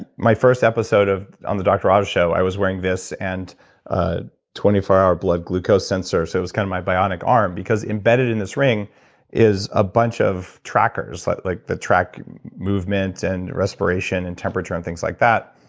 my first episode on the dr. oz show, i was wearing this and a twenty four hour blood glucose sensor, so it's kind of my bionic arm because embedded in this ring is a bunch of trackers. like like they track movement and respiration and temperature and things like that